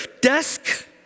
desk